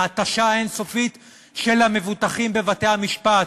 ההתשה האין-סופית של המבוטחים בבתי-המשפט,